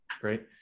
Great